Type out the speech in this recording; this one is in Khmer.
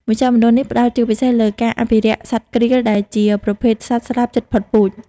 មជ្ឈមណ្ឌលនេះផ្តោតជាពិសេសលើការអភិរក្សសត្វក្រៀល ដែលជាប្រភេទសត្វស្លាបជិតផុតពូជ។